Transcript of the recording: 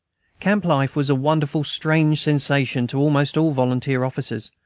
camp-life was a wonderfully strange sensation to almost all volunteer officers,